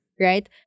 right